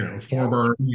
former